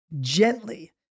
gently